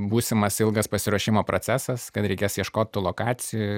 būsimas ilgas pasiruošimo procesas kad reikės ieškot tų lokacijų